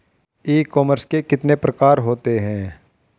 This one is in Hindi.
ई कॉमर्स के कितने प्रकार होते हैं?